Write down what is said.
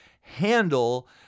handle